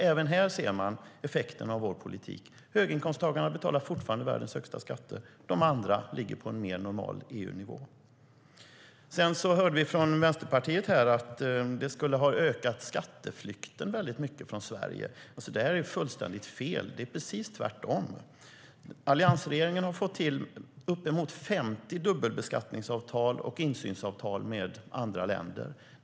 Även här ser man effekterna av vår politik. Höginkomsttagarna betalar alltså fortfarande världens högsta skatter, och de andra ligger på en mer normal EU-nivå.Vi hörde från Vänsterpartiet att skatteflykten från Sverige skulle ha ökat väldigt mycket. Det är fullständigt fel. Det är precis tvärtom. Alliansregeringen har fått till uppemot 50 dubbelbeskattningsavtal och insynsavtal med andra länder.